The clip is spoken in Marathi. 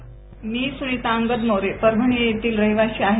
ध्वनी मी सुनिता अंगद मोरे परभणी येथील रहिवासी आहे